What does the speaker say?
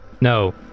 No